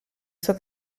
suo